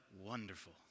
wonderful